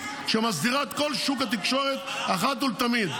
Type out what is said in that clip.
שמסדירה את כל שוק התקשורת אחת ולתמיד.